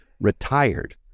retired